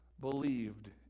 believed